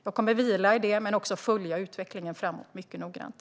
Jag kommer att vila i det men också följa utvecklingen framöver mycket noggrant.